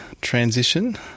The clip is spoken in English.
transition